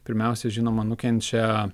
pirmiausia žinoma nukenčia